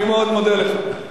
אני מאוד מודה לך.